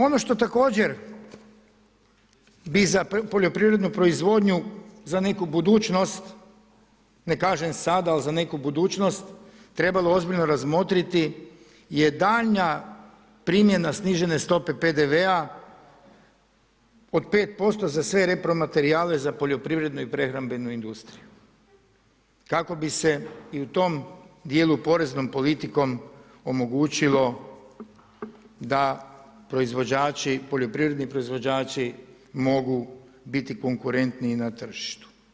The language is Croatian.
Ono što također bi za poljoprivrednu proizvodnju za neku budućnost, ne kažem sada, ali za neku budućnost trebalo ozbiljno razmotriti je daljnja primjena snižene stope PDV-a od 5% za sve repromaterijale za poljoprivrednu i prehrambenu industriju kako bi se i u tom dijelu poreznom politikom omogućilo da poljoprivredni proizvođači mogu biti konkurentniji na tržištu.